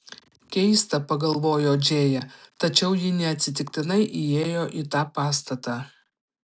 keista pagalvojo džėja tačiau ji neatsitiktinai įėjo į tą pastatą